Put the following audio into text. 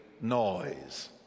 noise